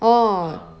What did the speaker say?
orh